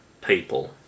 people